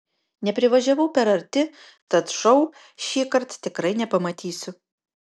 neprivažiavau per arti tad šou šįkart tikrai nepamatysiu